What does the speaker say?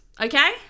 okay